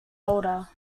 older